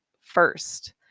first